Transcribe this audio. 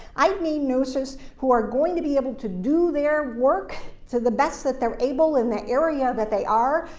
i mean nurses who are going to be able to do their work to the best that they're able in the area that they are,